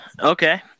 okay